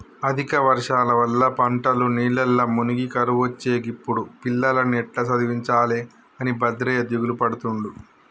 అధిక వర్షాల వల్ల పంటలు నీళ్లల్ల మునిగి కరువొచ్చే గిప్పుడు పిల్లలను ఎట్టా చదివించాలె అని భద్రయ్య దిగులుపడుతుండు